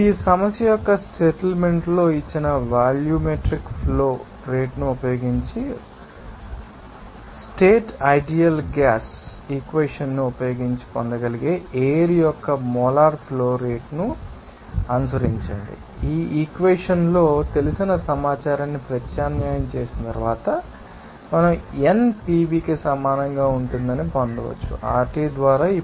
ఇప్పుడు సమస్య యొక్క స్టేట్మెంట్లో ఇచ్చిన వాల్యూమెట్రిక్ ఫ్లో రేటును ఉపయోగించి రాష్ట్ర ఐడియల్ గ్యాస్ ఈక్వెవెషన్ాన్ని ఉపయోగించి పొందగలిగే ఎయిర్ యొక్క మోలార్ ఫ్లో రేటును అనుసరించండి ఈ ఈక్వెషన్లో తెలిసిన సమాచారాన్ని ప్రత్యామ్నాయం చేసిన తరువాత మనం n పివికి సమానంగా ఉంటుందని పొందవచ్చు RT ద్వారా